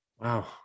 wow